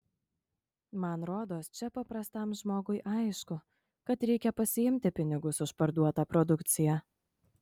man rodos čia paprastam žmogui aišku kad reikia pasiimti pinigus už parduotą produkciją